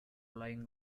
laying